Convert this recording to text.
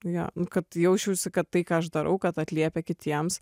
jo kad jausčiausi kad tai ką aš darau kad atliepia kitiems